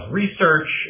research